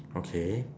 okay